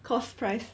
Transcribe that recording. cost price